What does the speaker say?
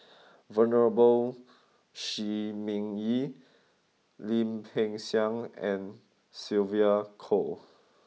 Venerable Shi Ming Yi Lim Peng Siang and Sylvia Kho